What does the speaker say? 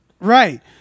right